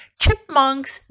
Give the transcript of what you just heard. Chipmunks